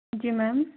जी ma'am